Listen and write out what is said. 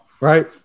right